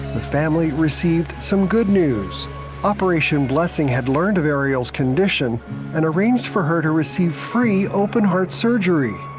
the family received some good news operation blessing had learned of ariel's condition and arranged for her to receive free open-heart surgery.